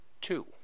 two